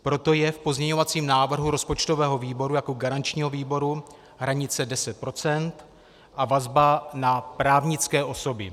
Proto je v pozměňovacím návrhu rozpočtového výboru jako garančního výboru hranice 10 % a vazba na právnické osoby.